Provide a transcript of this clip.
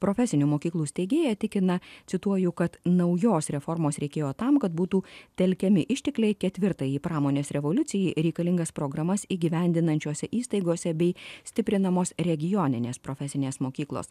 profesinių mokyklų steigėja tikina cituoju kad naujos reformos reikėjo tam kad būtų telkiami ištekliai ketvirtajai pramonės revoliucijai reikalingas programas įgyvendinančiose įstaigose bei stiprinamos regioninės profesinės mokyklos